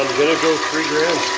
gonna go three grams.